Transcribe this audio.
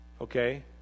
Okay